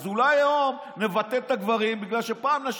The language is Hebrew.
אז אולי היום נבטל את הגברים בגלל שפעם נשים,